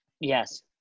Yes